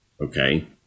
Okay